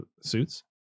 suits